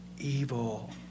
evil